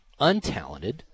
untalented